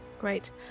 Great